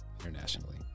internationally